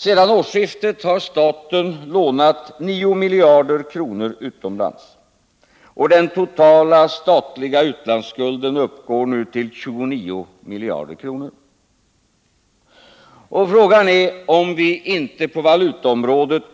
Sedan årsskiftet har staten lånat 9 miljarder kronor utomlands, och den totala statliga utlandsskulden uppgår nu till 29 miljarder kronor. Frågan är om vi inte på valutaområdet